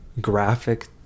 graphic